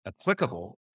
applicable